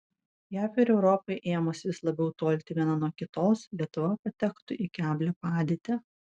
jav ir europai ėmus vis labiau tolti viena nuo kitos lietuva patektų į keblią padėtį